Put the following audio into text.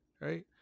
Right